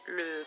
le